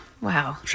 wow